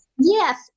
Yes